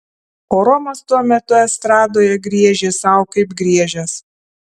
o romas tuo metu estradoje griežė sau kaip griežęs